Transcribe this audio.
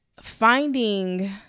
finding